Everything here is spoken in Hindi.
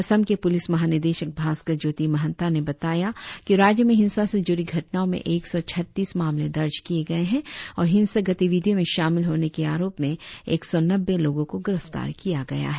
असम के पुलिस महानिदेशक भास्कर ज्योति महंता ने बताया कि राज्य में हिंसा से जुड़ी घटनाओं में एक सौ छत्तीस मामले दर्ज किए गए हैं और हिंसक गतिविधियों में शामिल होने के आरोप में एक सौ नब्बे लोगों को गिरफ्तार किया गया है